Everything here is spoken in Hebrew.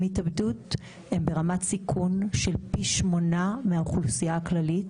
התאבדות הם ברמת סיכון של פי שמונה מהאוכלוסייה הכללית,